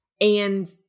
And-